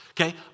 Okay